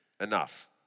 Enough